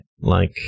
Like-